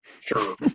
Sure